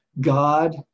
God